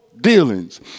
dealings